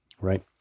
right